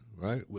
right